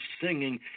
singing